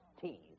teeth